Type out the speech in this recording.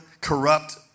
corrupt